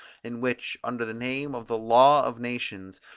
in which, under the name of the law of nations,